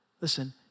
listen